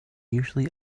usually